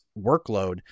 workload